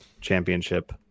championship